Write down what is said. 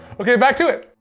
okay, back to it.